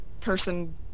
person